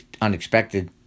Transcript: unexpected